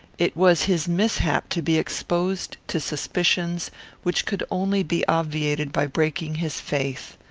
it was his mishap to be exposed to suspicions which could only be obviated by breaking his faith.